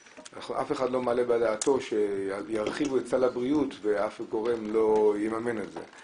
אף אחד לא מעלה בדעתו שירחיבו את סל הבריאות ואף גורם לא יממן את זה.